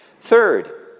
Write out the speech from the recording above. Third